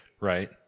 right